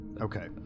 Okay